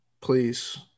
Please